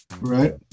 Right